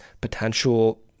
potential